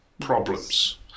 problems